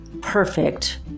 perfect